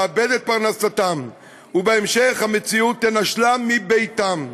לאבד את פרנסתם ובהמשך המציאות תנשלם מביתם?"